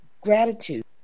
gratitude